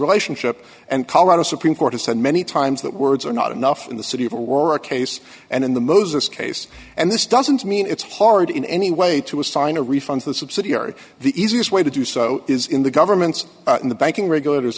relationship and colorado supreme court has said many times that words are not enough in the city of aurora case and in the moses case and this doesn't mean it's horrid in any way to assign a refund to the subsidiary the easiest way to do so is in the governments in the banking regulators